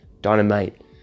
Dynamite